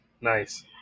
Nice